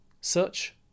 search